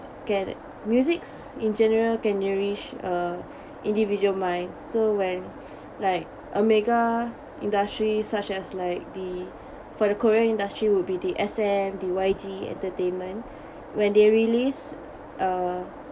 get it musics in general can nourish uh individual mind so when like a mega industry such as like the for the korea industry will be the S_M the Y_G entertainment when they release uh